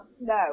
no